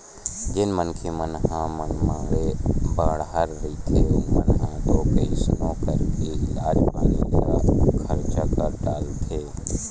जेन मनखे मन ह मनमाड़े बड़हर रहिथे ओमन ह तो कइसनो करके इलाज पानी म खरचा कर डारथे